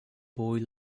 boy